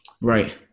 right